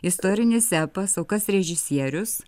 istorinis epas o kas režisierius